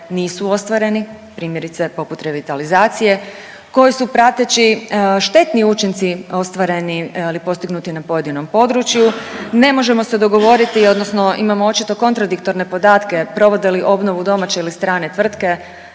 nisu ostvareni, primjerice poput revitalizacije, koji su prateći štetni učinci ostvareni ili postignuti na pojedinom području, ne možemo se dogovoriti odnosno imamo očito kontradiktorne podatke provode li obnovu domaće ili strane tvrtke,